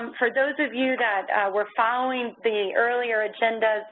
um for those of you that were following the earlier agenda,